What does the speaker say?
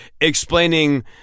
explaining